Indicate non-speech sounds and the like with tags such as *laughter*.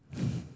*breath*